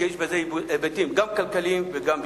כי יש בזה היבטים גם כלכליים וגם ביטחוניים.